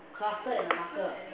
cluster and marker